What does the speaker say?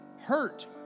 hurt